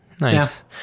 Nice